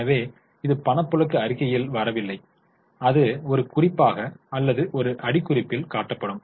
எனவே இது பணப்புழக்க அறிக்கையில் வரவில்லை அது ஒரு குறிப்பாக அல்லது ஒரு அடிக்குறிப்பில் காட்டப்படும்